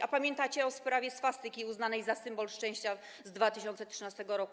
A pamiętacie o sprawie swastyki uznanej za symbol szczęścia z 2013 r.